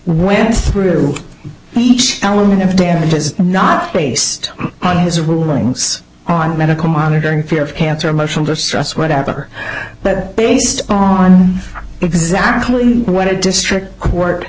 went through each element of damages not based on his rulings on medical monitoring fear of cancer emotional distress whatever but based on exactly what a district court